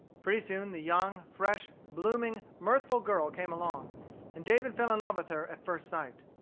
pretty soon the young, fresh, blooming, mirthful girl came along and david fell in love with her at first sight.